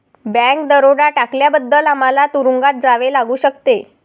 bank दरोडा टाकल्याबद्दल आम्हाला तुरूंगात जावे लागू शकते